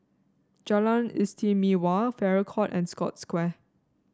Jalan Istimewa Farrer Court and Scotts Square